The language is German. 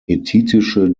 hethitische